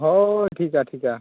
ᱦᱳᱭ ᱴᱷᱤᱠᱟ ᱴᱷᱤᱠᱟ